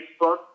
Facebook